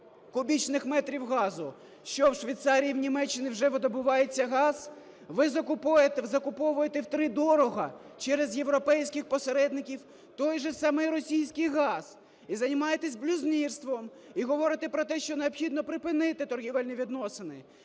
кубічних метрів газу. Що, в Швейцарії і в Німеччині вже видобувається газ? Ви закуповуєте втридорога через європейських посередників той же самий російський газ і займаєтесь блюзнірством, і говорите про те, що необхідно припинити торгівельні відносини,